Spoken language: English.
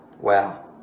Wow